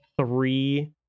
three